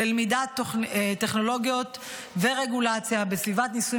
ללמידת טכנולוגיות ורגולציה בסביבת ניסוי